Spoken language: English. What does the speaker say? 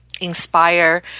inspire